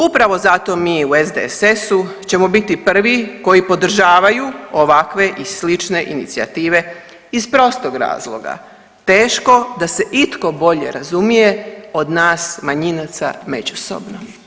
Upravo zato mi u SDSS-u ćemo biti prvi koji podržavaju ovakve i slične inicijative iz prostog razloga, teško da se itko bolje razumije od nas manjinaca međusobno.